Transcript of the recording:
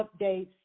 updates